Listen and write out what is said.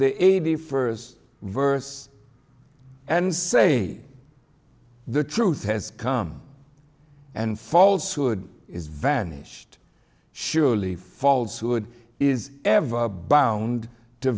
the eighty first verse and say the truth has come and false hood is vanished surely false who would is ever bound to